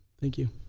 thank you.